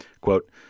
quote